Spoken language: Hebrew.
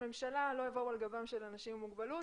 ממשלה לא יבואו על גבם של אנשים עם מוגבלות.